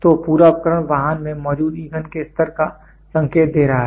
तो पूरा उपकरण वाहन में मौजूद ईंधन के स्तर का संकेत दे रहा है